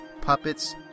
Puppets